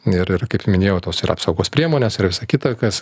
ir ir kaip minėjau tos ir apsaugos priemonės ir visa kita kas